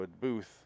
booth